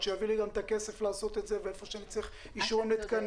שיביא לי גם את הכסף לעשות את זה ואיפה שצריך גם אישורים לתקנים,